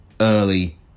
Early